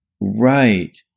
Right